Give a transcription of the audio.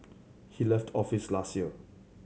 he left office last year